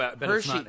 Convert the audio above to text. Hershey